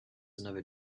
another